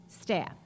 staff